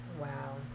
Wow